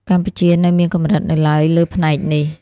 កម្ពុជានៅមានកម្រិតនៅឡើយលើផ្នែកនេះ។